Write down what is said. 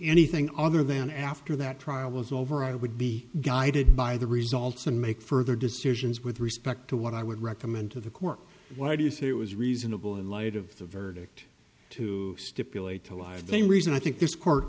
anything other then after that trial was over i would be guided by the results and make further decisions with respect to what i would recommend to the court why do you say it was reasonable in light of the verdict to stipulate to live the same reason i think this court